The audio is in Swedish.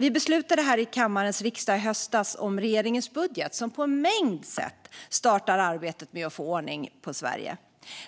Riksdagens kammare beslutade i höstas om regeringens budget, som på en mängd sätt startar arbetet med att få ordning på Sverige.